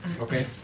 Okay